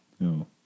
No